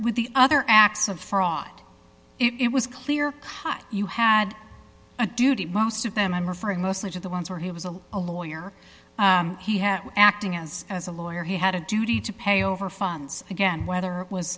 with the other acts of fraud it was clear cut you had a duty most of them i'm referring mostly to the ones where he was a a lawyer he had acting as as a lawyer he had a duty to pay over funds again whether it was